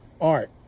Art